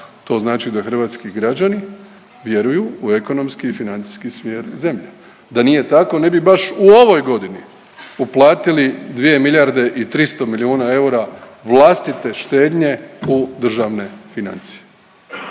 To znači da hrvatski građani vjeruju u ekonomski i financijski smjer zemlje. Da nije tako ne bi baš u ovoj godini uplatili 2 milijarde i 300 milijuna eura vlastite štednje u državne financije.